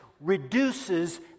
reduces